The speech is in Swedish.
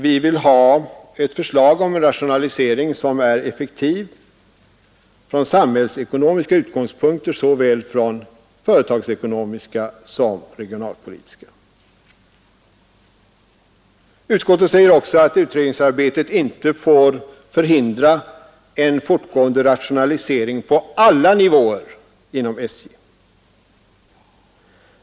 Vi vill ha ett förslag om rationalisering som är samhällsekonomiskt effektiv från såväl företagsekonomiska som regionalpolitiska synpunkter. Utskottet säger också att utredningsarbetet inte får hindra en fortgående rationalisering på alla nivåer inom SJ.